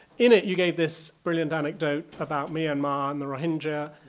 in it you gave this brilliant anecdote about myanmar and the rohingya